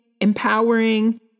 empowering